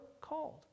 called